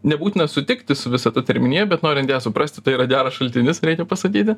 nebūtina sutikti su visa ta terminija bet norint ją suprasti tai yra geras šaltinis reikia pasakyti